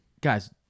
Guys